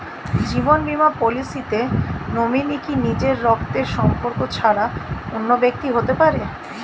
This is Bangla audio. জীবন বীমা পলিসিতে নমিনি কি নিজের রক্তের সম্পর্ক ছাড়া অন্য ব্যক্তি হতে পারে?